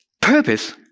Purpose